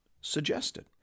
suggested